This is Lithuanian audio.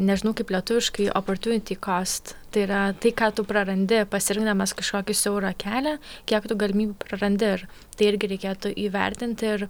nežinau kaip lietuviškai oportiuniti kost tai yra tai ką tu prarandi pasirinkdamas kažkokį siaurą kelią kiek tų galimybių prarandi ir tai irgi reikėtų įvertinti ir